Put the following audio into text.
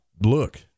look